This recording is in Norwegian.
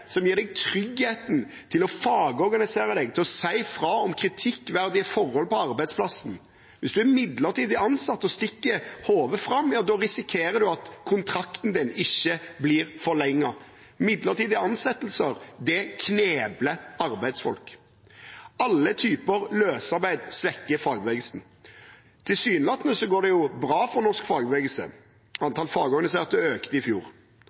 som gir deg tryggheten til å fagorganisere deg, til å si fra om kritikkverdige forhold på arbeidsplassen. Hvis du er midlertidig ansatt og stikker hodet fram, da risikerer du at kontrakten din ikke blir forlenget. Midlertidige ansettelser knebler arbeidsfolk. Alle typer løsarbeid svekker fagbevegelsen. Tilsynelatende går det bra for norsk fagbevegelse. Antall fagorganiserte økte i fjor,